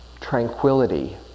tranquility